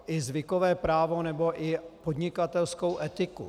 I zvykové právo nebo podnikatelskou etiku.